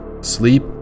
sleep